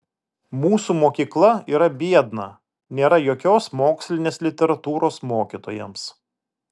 mūsų mokykla yra biedna nėra jokios mokslinės literatūros mokytojams